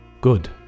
Good